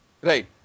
Right